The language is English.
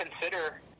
consider